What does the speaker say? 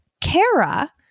Kara